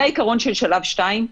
זה העיקרון של שלב 2,